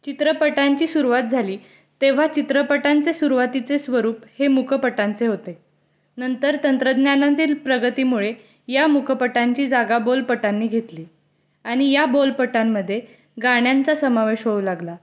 चित्रपटांची सुरवात झाली तेव्हा चित्रपटांचे सुरवातीचे स्वरूप हे मूकपटांचे होते नंतर तंत्रज्ञानातील प्रगतीमुळे या मूकपटांची जागा बोलपटांनी घेतली आणि या बोलपटांमध्ये गाण्यांचा समावेश होऊ लागला